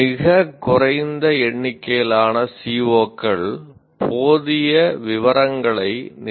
மிகக் குறைந்த எண்ணிக்கையிலான சி